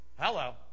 Hello